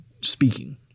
speaking